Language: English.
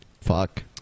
Fuck